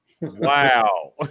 Wow